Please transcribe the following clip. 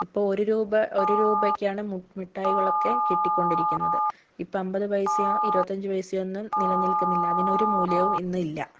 ഇപ്പോൾ ഒരു രൂപ ഒരു രൂപയ്ക്കാണ് മു മിഠായികളൊക്കെ കിട്ടികൊണ്ടിരിക്കുന്നത് ഇപ്പോൾ അൻപത് പൈസയും ഇരുപത്തിയഞ്ച് പൈസയൊന്നും നിലനിൽക്കുന്നില്ല അതിനൊരു മൂല്യവും ഇന്നില്ല